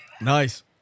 nice